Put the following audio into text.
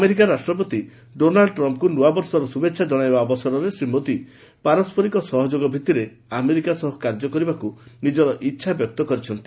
America ରାଷ୍ଟ୍ରପତି Donald ଟ୍ରମ୍ପଙ୍କୁ ନୂଆବର୍ଷର ଶୁଭେଛା ଜଣାଇବା ଅବସରରେ ଶ୍ରୀ ମୋଦି ପାରସ୍କରିକ ସହଯୋଗ ଭିତ୍ତିରେ ଆମେରିକା ସହ କାର୍ଯ୍ୟ କରିବାକୁ ନିଜର ଇଚ୍ଛା ବ୍ୟକ୍ତ କରିଛନ୍ତି